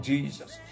Jesus